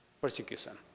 Persecution